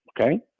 okay